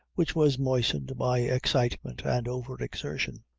which was moistened by excitement and over-exertion.